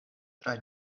tra